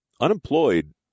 Unemployed